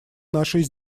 нашей